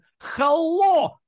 hello